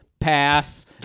Pass